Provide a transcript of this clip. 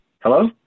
hello